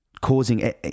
causing